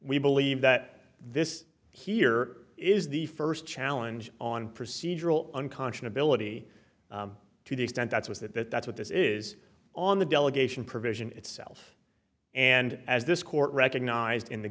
we believe that this here is the first challenge on procedural unconscionable ety to the extent that it was that that that's what this is on the delegation provision itself and as this court recognized in the